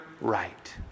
right